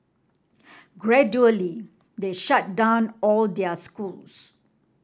gradually they shut down all their schools